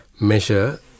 measure